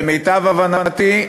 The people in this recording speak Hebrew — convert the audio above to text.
למיטב הבנתי,